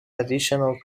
additional